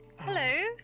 hello